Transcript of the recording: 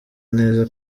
neza